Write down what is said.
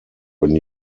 when